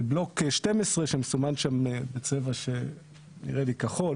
ובלוק 12 שמסומן שם בצבע שנראה לי כחול